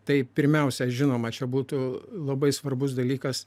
tai pirmiausia žinoma čia būtų labai svarbus dalykas